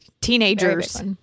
Teenagers